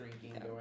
drinking